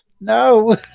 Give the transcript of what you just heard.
no